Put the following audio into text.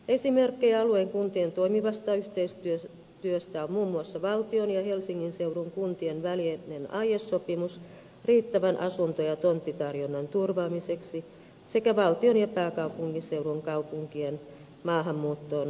esimerkkejä alueen kuntien toimivasta yhteistyöstä on muun muassa valtion ja helsingin seudun kuntien välinen aiesopimus riittävän asunto ja tonttitarjonnan turvaamiseksi sekä valtion ja pääkaupunkiseudun kaupunkien maahanmuuttoon liittyvä aiesopimus